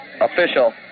official